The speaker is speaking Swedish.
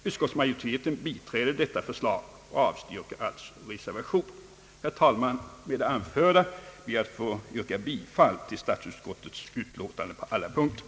Utskottsmajoriteten biträder dessa förslag och avstyrker alltså reservationerna. Herr talman! Med det anförda ber jag att få yrka bifall till statsutskottets utlåtande i alla moment.